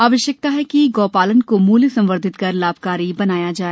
आवश्यकता है कि गौ पालन को मूल्य संवर्धित कर लाभकारी बनाया जाए